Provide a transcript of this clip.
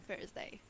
Thursday